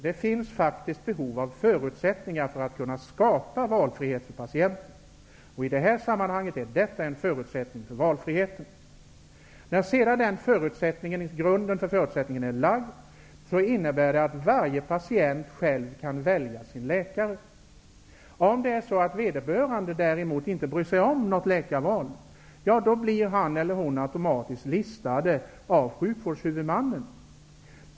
Det finns faktiskt behov av förutsättningar för att kunna skapa valfrihet för patienten. I det här sammanhanget är detta en förutsättning för valfriheten. När sedan grunden för förutsättningen är lagd innebär det att varje patient själv kan välja sin läkare. Om vederbörande däremot inte bryr sig om att göra ett läkarval, blir han eller hon automatiskt listad av sjukvårdshuvudmannen.